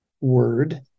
word